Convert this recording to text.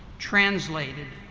translated,